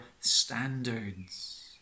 standards